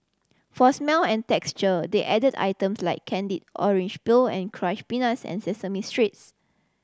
for smell and texture they added items like candied orange peel and crush peanuts and sesame